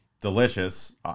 delicious